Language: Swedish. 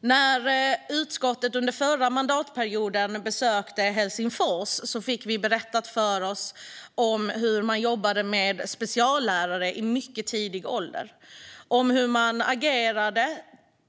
När vi i utskottet under förra mandatperioden besökte Helsingfors fick vi berättat för oss hur man jobbade med speciallärare i mycket tidig ålder och hur man agerade